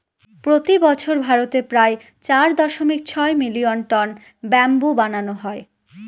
প্রতি বছর ভারতে প্রায় চার দশমিক ছয় মিলিয়ন টন ব্যাম্বু বানানো হয়